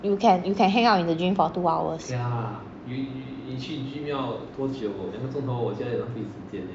you can you can hang out in the gym for two hours